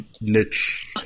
niche